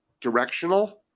directional